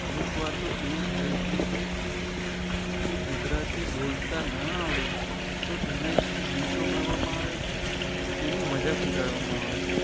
અમુક વાર તો એવું થાય છે કે કે ગુજરાતી બોલતા ના આવડે તો તેને છે ને નીચો ગણવામાં આવે છે અને તેની મજાક ઉડાડવામાં આવે છે